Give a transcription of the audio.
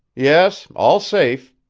yes, all safe,